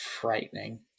frightening